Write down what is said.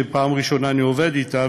שפעם ראשונה אני עובד אתה,